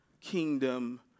kingdom